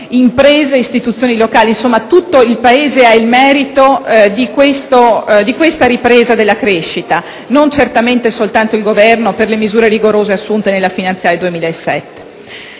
imprese e istituzioni locali. Insomma, tutto il Paese ha il merito di questa ripresa della crescita, non soltanto il Governo per le misure rigorose assunte con coraggio nella finanziaria 2007.